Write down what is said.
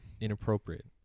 inappropriate